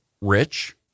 rich